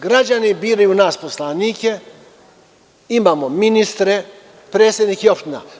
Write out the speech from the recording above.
Građani biraju nas poslanike, imamo ministre i predsednike opština.